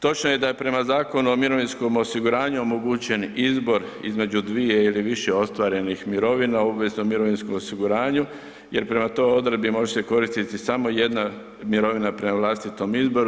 Točno je da je prema Zakonu o mirovinskom osiguranju omogućen izbor između 2 ili više ostvarenih mirovina u obveznom mirovinskom osiguranju jer prema toj odredbi može se koristiti samo jedna mirovina prema vlastitom izboru.